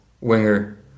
winger